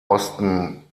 osten